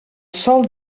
sol